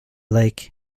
lake